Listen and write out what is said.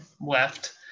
left